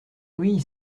oui